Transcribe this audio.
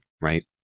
Right